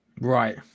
Right